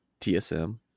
TSM